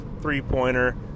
three-pointer